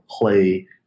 play